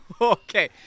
okay